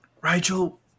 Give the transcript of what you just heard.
Rigel